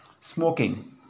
smoking